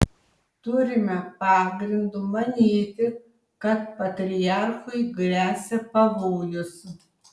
turime pagrindo manyti kad patriarchui gresia pavojus